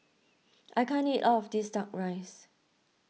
I can't eat all of this Duck Rice